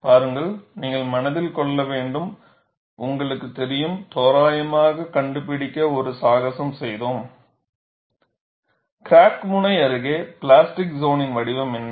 பாருங்கள் நீங்கள் மனதில் கொள்ள வேண்டும் உங்களுக்குத் தெரியும் தோராயமாக கண்டுபிடிக்க ஒரு சாகசம் செய்தோம் கிராக் முனை அருகே பிளாஸ்டிக் சோனின் வடிவம் என்ன